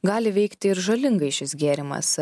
gali veikti ir žalingai šis gėrimas